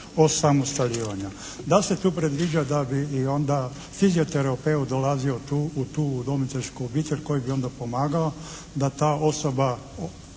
osamostaljivanja.". Da se tu predviđa da bi i onda fizioterapeut dolazio u tu udomiteljsku obitelj koji bi onda pomogao da ta osoba